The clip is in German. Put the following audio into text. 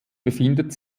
befindet